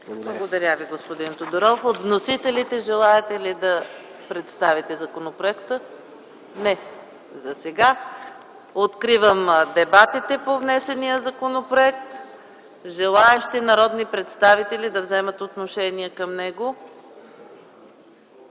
Благодаря Ви, господин Тодоров. От вносителите желаете ли да представите законопроекта? Не засега. Откривам дебатите по внесения законопроект. Желаещи народни представители да вземат отношение към него?